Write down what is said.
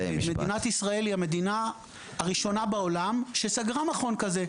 מדינת ישראל היא המדינה הראשונה בעולם שסגרה מכון כזה.